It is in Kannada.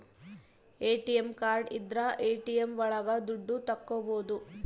ಎ.ಟಿ.ಎಂ ಕಾರ್ಡ್ ಇದ್ರ ಎ.ಟಿ.ಎಂ ಒಳಗ ದುಡ್ಡು ತಕ್ಕೋಬೋದು